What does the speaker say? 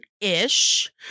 ish